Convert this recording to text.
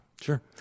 Sure